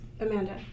Amanda